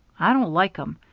i don't like em.